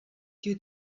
due